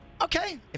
Okay